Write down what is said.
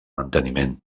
manteniment